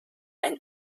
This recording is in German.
ein